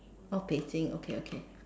oh Beijing okay okay